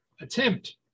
attempt